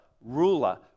ruler